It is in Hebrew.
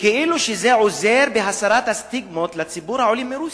וכאילו שזה עוזר בהסרת הסטיגמות על ציבור העולים מרוסיה.